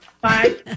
Bye